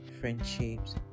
friendships